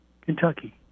Kentucky